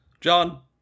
John